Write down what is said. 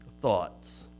thoughts